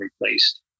replaced